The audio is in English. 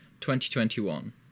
2021